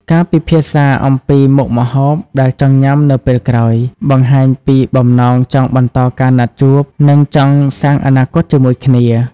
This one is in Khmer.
ការពិភាក្សាអំពីមុខម្ហូបដែលចង់ញ៉ាំនៅពេលក្រោយ បង្ហាញពីបំណងចង់បន្តការណាត់ជួប និងចង់សាងអនាគតជាមួយគ្នា។